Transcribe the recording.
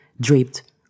draped